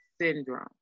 syndrome